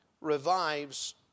revives